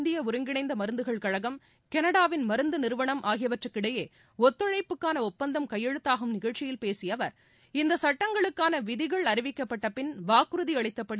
இந்திய ஒருங்கிணைந்த மருந்துகள் கழகம் களடாவின் மருந்து நிறுவனம் ஆகியவற்றிற்கிடையே ஒத்துழைப்புக்கான ஒப்பந்தம் கையெழுத்தாகும் நிகழ்ச்சியில் பேசிய அவர் இந்த சுட்டங்களுக்கான விதிகள் அறிவிக்கப்பட்ட பின் வாக்குறுதி அளித்தபடி